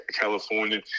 California